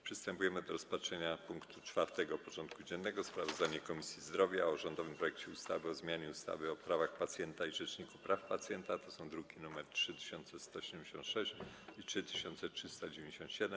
Przystępujemy do rozpatrzenia punktu 4. porządku dziennego: Sprawozdanie Komisji Zdrowia o rządowym projekcie ustawy o zmianie ustawy o prawach pacjenta i Rzeczniku Praw Pacjenta (druki nr 3176 i 3397)